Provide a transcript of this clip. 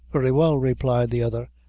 very well, replied the other,